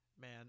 man